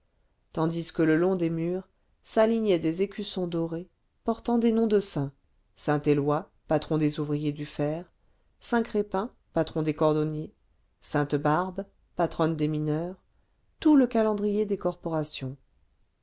tandis que le long des murs s'alignaient des écussons dorés portant des noms de saints saint éloi patron des ouvriers du fer saint crépin patron des cordonniers sainte barbe patronne des mineurs tout le calendrier des corporations